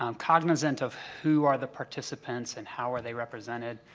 um cognizant of who are the participants and how are they represented.